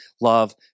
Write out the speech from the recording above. love